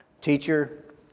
Teacher